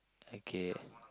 okay